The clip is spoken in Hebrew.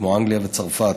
כמו אנגליה וצרפת.